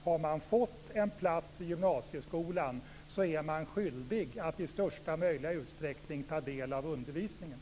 Har man fått en plats i gymnasieskolan så är man skyldig att i största möjliga utsträckning ta del av undervisningen.